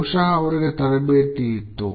ಬಹುಶಹ ಅವರಿಗೆ ತರಬೇತಿ ಇತ್ತು